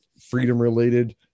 freedom-related